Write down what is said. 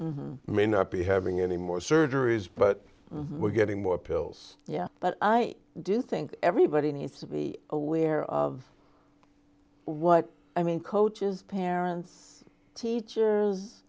spiral may not be having any more surgeries but we're getting more pills yeah but i do think everybody needs to be aware of what i mean coaches parents teachers